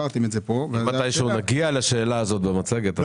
אם מתישהו בכלל נצליח להגיע לשאלה הזאת במצגת.